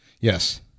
Yes